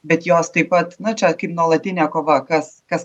bet jos taip pat na čia kaip nuolatinė kova kas kas